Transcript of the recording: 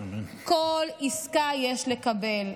כל עסקה יש לקבל.